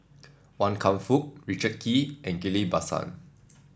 Wan Kam Fook Richard Kee and Ghillie Basan